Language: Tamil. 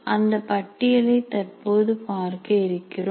அந்த பட்டியலை தற்போது பார்க்க இருக்கிறோம்